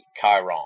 Chiron